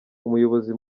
umuyobozi